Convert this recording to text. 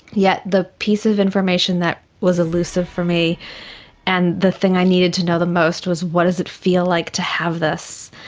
yet the piece of information that was elusive for me and the thing i needed to know the most was what does it feel like to have this,